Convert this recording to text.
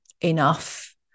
enough